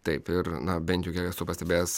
taip ir na bent jau kiek esu pastebėjęs